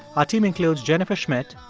our team includes jennifer schmidt,